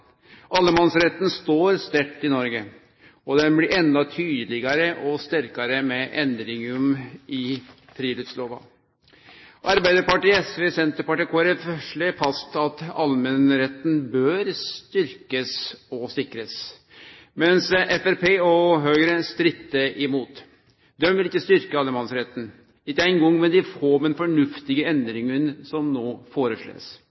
Allemannsretten står sterkt i Noreg, og det blir endå tydelegare og sterkare med endringane i friluftslova. Arbeidarpartiet, SV, Senterpartiet og Kristeleg Folkeparti slår fast at allemannsretten bør styrkjast og sikrast, mens Framstegspartiet og Høgre strittar imot. Dei vil ikkje styrkje allemannsretten, ikkje eingong med dei få, men fornuftige